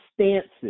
stances